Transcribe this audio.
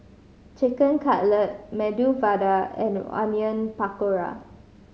Chicken Cutlet Medu Vada and Onion Pakora